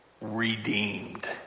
redeemed